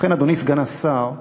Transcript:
ובכן, אדוני סגן השר,